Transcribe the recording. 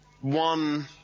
One